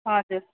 हजुर